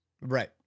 Right